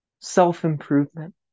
self-improvement